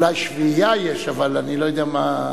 אולי שביעייה יש, אבל אני לא יודע מה,